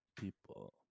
people